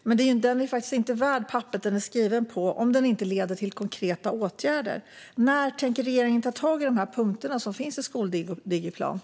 Men den är inte värd papperet den är skriven på om den inte leder till konkreta åtgärder. När tänker regeringen ta tag i de punkter som finns i skoldigiplanen?